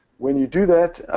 when you do that,